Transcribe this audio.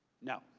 no.